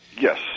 Yes